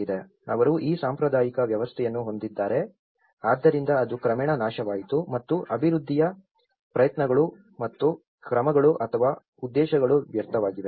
ಅವರು ಈ ಸಾಂಪ್ರದಾಯಿಕ ವ್ಯವಸ್ಥೆಯನ್ನು ಹೊಂದಿದ್ದಾರೆ ಆದ್ದರಿಂದ ಅದು ಕ್ರಮೇಣ ನಾಶವಾಯಿತು ಮತ್ತು ಅಭಿವೃದ್ಧಿಯ ಪ್ರಯತ್ನಗಳು ಮತ್ತು ಕ್ರಮಗಳು ಅಥವಾ ಉದ್ದೇಶಗಳು ವ್ಯರ್ಥವಾಗಿವೆ